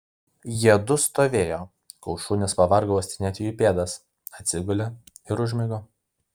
jiedu stovėjo kol šunys pavargo uostinėti jų pėdas atsigulė ir užmigo